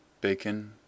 bacon